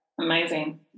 Amazing